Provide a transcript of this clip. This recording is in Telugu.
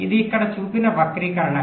ఇది ఇక్కడ చూపిన వక్రీకరణ